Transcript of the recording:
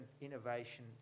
innovation